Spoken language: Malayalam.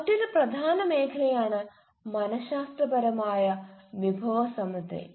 മറ്റൊരു പ്രധാന മേഖലയാണ് മന ശാസ്ത്രപരമായ വിഭവസമൃദ്ധി